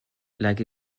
like